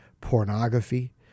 pornography